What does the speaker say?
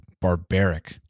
barbaric